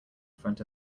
front